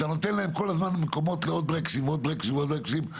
אתם נותן להם כל הזמן מקומות לעוד ברקסים ועוד ברקסים ועוד ברקסים.